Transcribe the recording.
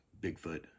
Bigfoot